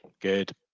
Good